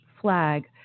flag